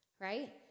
right